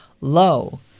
low